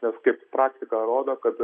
nes kaip praktika rodo kad